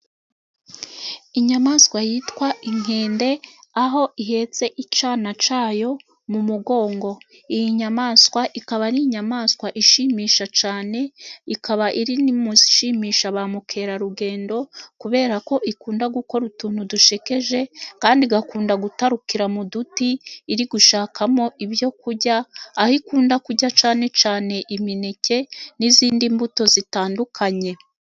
Inyamaswa yitwa inkende aho ihetse icyana cyayo mu mugongo. Iyi nyamaswa ikaba ari inyamaswa ishimisha cyane, ikaba iri mu zishimisha ba mukerarugendo kubera ko ikunda gukora utuntu dusekeje kandi igakunda gutarukira mu duti iri gushakamo ibyo kurya aho ikunda kurya cyane cyane imineke n'izindi mbuto zitandukanye.